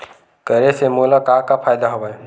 करे से मोला का का फ़ायदा हवय?